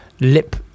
lip